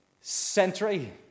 century